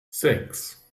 sechs